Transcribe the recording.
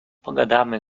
pogadamy